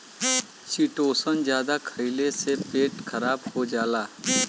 chitosan जादा खइले से पेट खराब हो जाला